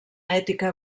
ètica